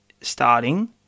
starting